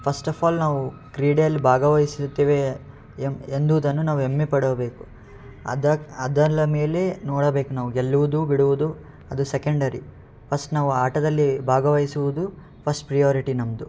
first of all ನಾವು ಕ್ರೀಡೆಯಲ್ಲಿ ಭಾಗವಹಿಸುತ್ತೇವೆ ಎಂಬುದನ್ನು ನಾವು ಹೆಮ್ಮೆ ಪಡಬೇಕು ಅದಕ್ಕೆ ಅದಲ್ಲ ಮೇಲೆ ನೋಡಬೇಕು ನಾವು ಗೆಲ್ಲುವುದು ಬಿಡುವುದು ಅದು ಸೆಕೆಂಡರಿ ಫಸ್ಟ್ ನಾವು ಆಟದಲ್ಲಿ ಭಾಗವಹಿಸುವುದು ಫಸ್ಟ್ ಪ್ರಿಯೋರಿಟಿ ನಮ್ಮದು